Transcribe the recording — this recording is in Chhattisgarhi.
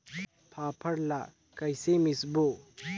फाफण ला कइसे मिसबो?